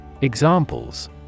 Examples